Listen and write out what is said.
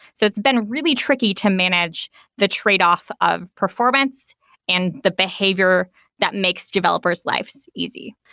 so it's been really tricky to manage the tradeoff of performance and the behavior that makes developers life's easy,